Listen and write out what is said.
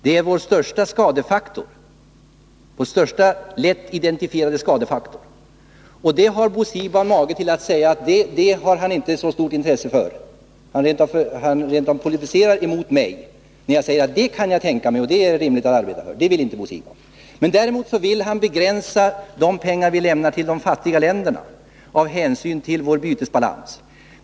Det är vår största lätt identifierade skadefaktor. Bo Siegbahn har mage att säga att det har han inte så stort intresse för. Han rent av polemiserade mot mig när jag sade att det är rimligt att arbeta för minskad alkoholoch tobakskonsumtion. Däremot vill han begränsa de pengar vi lämnar till de fattiga länderna, av hänsyn till vår bytesbalans.